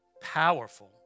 powerful